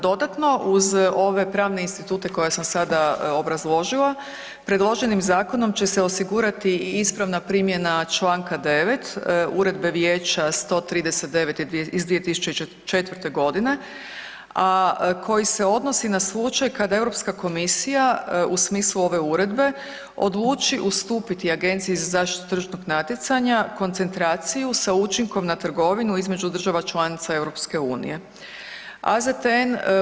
Dodatno uz ove pravne institute koje sam sada obrazložila predloženim zakonom će se osigurati i ispravna primjena Članka 9. Uredbe Vijeća 139 iz 2004. g. a koji se odnosi na slučaj kada Europska komisija u smislu ove uredbe odluči ustupiti Agenciji za zaštitu tržišnog natjecanja, koncentraciju sa učinkom na trgovinu između država članica EU-a.